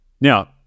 Now